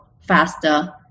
faster